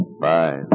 Bye